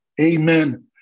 Amen